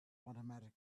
automatic